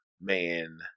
man